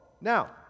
Now